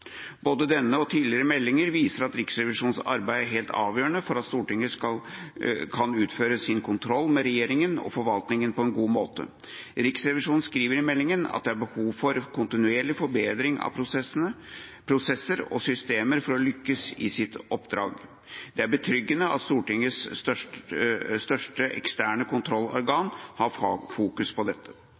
Både denne og tidligere meldinger viser at Riksrevisjonens arbeid er helt avgjørende for at Stortinget skal kunne utføre sin kontroll med regjeringa og forvaltninga på en god måte. Riksrevisjonen skriver i meldinga at det er behov for kontinuerlig forbedring av prosesser og systemer for å lykkes i sitt oppdrag. Det er betryggende at Stortingets største eksterne kontrollorgan fokuserer på dette.